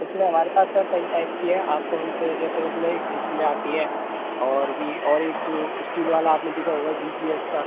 उसमें हमारे पास सर कई टाइप की है आप कौन से जैसे उसमें एक जिप में आती है और भी और एक जो इस्टील वाला आपने देखा होगा बी जी एस का